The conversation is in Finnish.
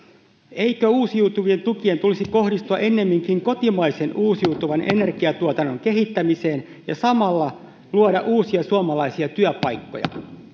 eikö uusiutuvien tukien tulisi kohdistua ennemminkin kotimaisen uusiutuvan energiantuotannon kehittämiseen ja samalla luoda uusia suomalaisia työpaikkoja